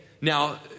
Now